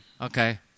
Okay